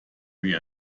wie